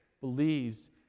believes